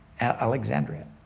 Alexandria